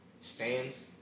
stands